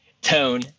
tone